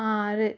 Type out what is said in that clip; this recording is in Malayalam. ആറ്